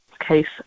case